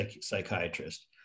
psychiatrist